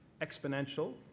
exponential